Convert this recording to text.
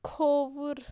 کھووُر